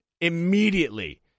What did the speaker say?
immediately